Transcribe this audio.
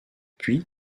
puis